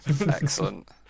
Excellent